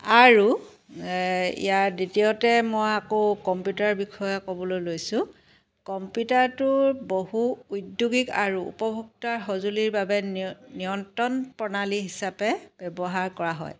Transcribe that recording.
আৰু ইয়াৰ দ্বিতীয়তে মই আকৌ কম্পিউটাৰ বিষয়ে ক'বলৈ লৈছোঁ কম্পিউটাৰটো বহুত উদ্যোগীক আৰু উপভোক্তাৰ সঁজুলিৰ বাবে নিয় নিয়ন্ত্ৰণ প্ৰণালী হিচাপে ব্যৱহাৰ কৰা হয়